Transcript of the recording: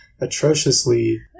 atrociously